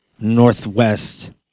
Northwest